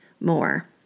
more